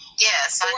Yes